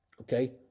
Okay